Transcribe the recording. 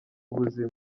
buzima